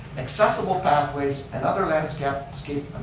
accessible pathways and other landscape landscape